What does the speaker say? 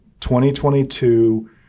2022